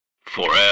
Forever